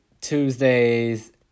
Tuesdays